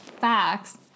facts